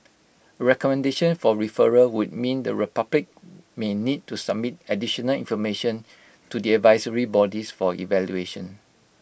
recommendation for referral would mean the republic may need to submit additional information to the advisory bodies for evaluation